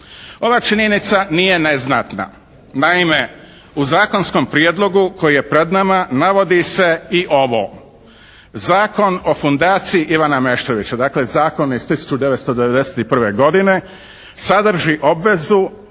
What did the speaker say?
Ova činjenica nije neznatna. Naime, u zakonskom prijedlogu koji je pred nama navodi se i ovo "Zakon o fundaciji Ivana Meštrovića", dakle zakon iz 1991. godine "sadrži obvezu